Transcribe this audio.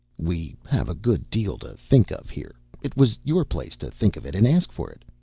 we have a good deal to think of here it was your place to think of it and ask for it.